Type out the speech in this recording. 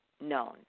known